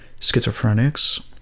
schizophrenics